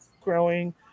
growing